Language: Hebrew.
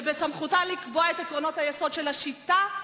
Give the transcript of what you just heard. שבסמכותה לקבוע את עקרונות היסוד של השיטה,